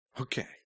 Okay